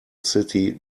city